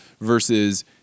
versus